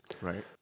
Right